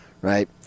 right